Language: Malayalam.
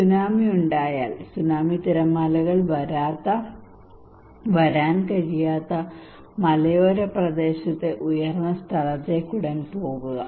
സുനാമി ഉണ്ടായാൽ സുനാമി തിരമാലകൾ വരാൻ കഴിയാത്ത മലയോര പ്രദേശത്തെ ഉയർന്ന സ്ഥലത്തേക്ക് ഉടൻ പോകുക